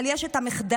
אבל יש מחדל